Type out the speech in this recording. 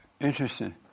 Interesting